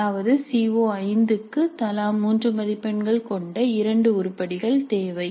அதாவது சி ஓ5 க்கு தலா 3 மதிப்பெண்கள் கொண்ட இரண்டு உருப்படிகள் தேவை